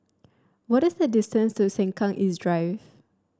what is the distance to Sengkang East Drive